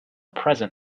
present